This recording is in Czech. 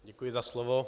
Děkuji za slovo.